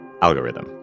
algorithm